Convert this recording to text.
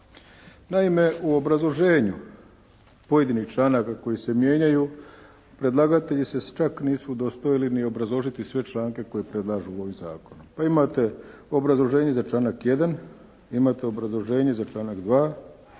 Naime, u obrazloženju pojedinih članaka koji se mijenjaju predlagatelji se čak nisu udostojili ni obrazložiti sve članke koje predlažu ovim zakonom. Pa imate obrazloženje za članak 1., imate obrazloženje za članak 2.,